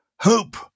hope